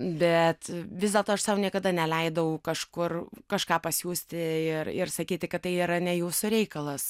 bet vis dėlto aš sau niekada neleidau kažkur kažką pasiųsti ir ir sakyti kad tai yra ne jūsų reikalas